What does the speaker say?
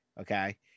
Okay